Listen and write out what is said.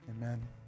Amen